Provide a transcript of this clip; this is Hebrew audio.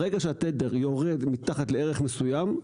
ברגע שהתדר יורד מתחת לערך מסוים,